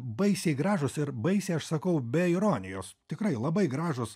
baisiai gražūs ir baisiai aš sakau be ironijos tikrai labai gražūs